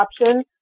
option